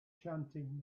chanting